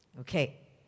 Okay